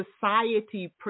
society